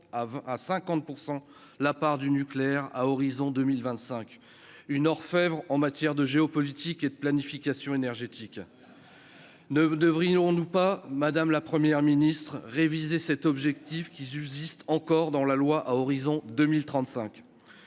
à 50 % la part du nucléaire à horizon 2025 une orfèvre en matière de géopolitique et de planification énergétique ne devrions-nous pas Madame la première ministre réviser cet objectif qui Uzice encore dans la loi, à horizon 2035